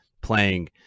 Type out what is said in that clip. playing